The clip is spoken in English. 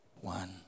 one